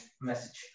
message